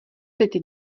teď